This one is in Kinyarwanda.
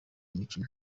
imikino